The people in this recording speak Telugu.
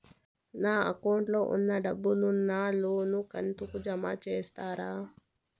నా అకౌంట్ లో ఉన్న డబ్బును నా లోను కంతు కు జామ చేస్తారా?